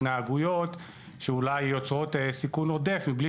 התנהגויות שאולי יוצרות סיכון עודף מבלי